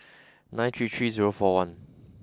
nine three three zero four one